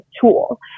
tool